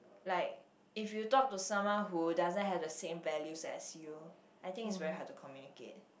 like if you talk to someone who doesn't had same value as you I think is very hard to communicate